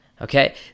Okay